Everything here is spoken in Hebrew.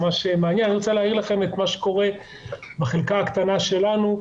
אני רוצה להאיר לכם את מה שקורה בחלקה הקטנה שלנו,